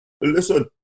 Listen